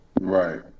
Right